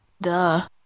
Duh